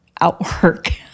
outwork